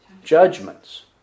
judgments